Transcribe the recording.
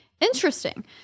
Interesting